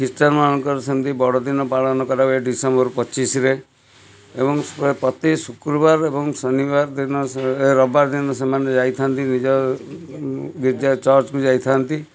ଇଷ୍ଟରମାନଙ୍କର ସେମିତି ବଡ଼ ଦିନ ପାଳନ କରାହୁଏ ଡିସେମ୍ବର ପଚିଶରେ ଏବଂ ପ୍ରାୟ ପ୍ରତି ଶୁକ୍ରବାର ଏବଂ ଶନିବାର ଦିନ ସେ ଏ ରବିବାର ଦିନ ସେମାନେ ଯାଇଥାନ୍ତି ନିଜ ନିଜ ଚର୍ଚ୍ଚକୁ ଯାଇଥାନ୍ତି